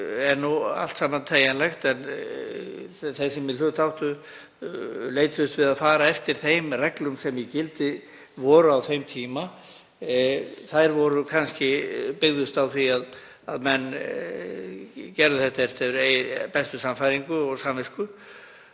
Það er nú allt saman teygjanlegt en þeir sem í hlut áttu leituðust við að fara eftir þeim reglum sem í gildi voru á þeim tíma. Þær byggðust kannski á því að menn gerðu þetta eftir bestu sannfæringu og samvisku